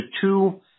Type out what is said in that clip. two